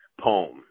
poem